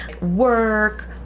work